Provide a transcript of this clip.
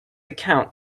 account